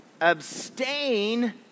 abstain